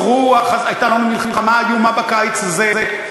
הייתה לנו מלחמה איומה בקיץ הזה,